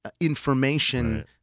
information